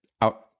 out